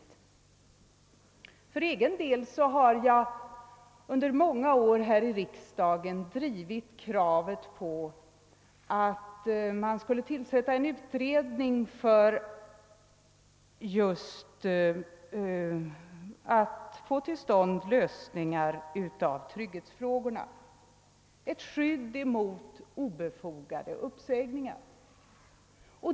För egen del har jag under många år här i riksdagen drivit kravet på att man skulle tillsätta en utredning för att få till stånd lösningar av trygghetsfrågorna och ett skydd mot obefogade uppsägningar.